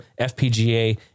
FPGA